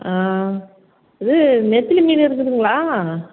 இது நெத்திலி மீன் இருக்குதுங்களா